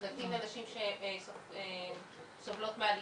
מקלטים לנשים שסובלות מאלימות,